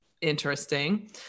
Interesting